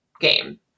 game